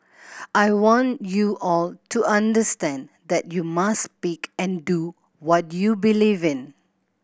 I want you all to understand that you must speak and do what you believe in